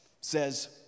says